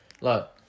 Look